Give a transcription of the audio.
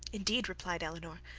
indeed, replied elinor,